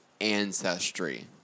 ancestry